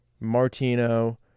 Martino